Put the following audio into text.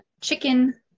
chicken